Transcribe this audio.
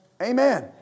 Amen